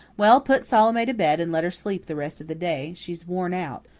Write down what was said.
well, put salome to bed, and let her sleep the rest of the day. she's worn out.